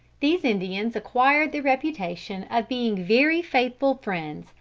these indians acquired the reputation of being very faithful friends,